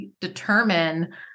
determine